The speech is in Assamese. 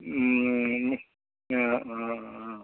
অঁ অঁ অঁ